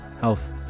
health